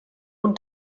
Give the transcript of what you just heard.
own